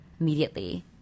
immediately